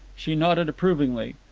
she nodded approvingly.